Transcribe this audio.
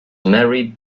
married